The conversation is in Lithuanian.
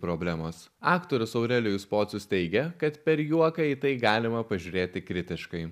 problemos aktorius aurelijus pocius teigia kad per juoką į tai galima pažiūrėti kritiškai